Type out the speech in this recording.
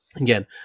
again